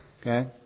Okay